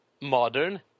modern